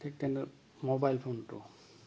ঠিক তেনেদৰে মোবাইল ফোনটো